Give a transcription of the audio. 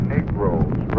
Negroes